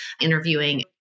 interviewing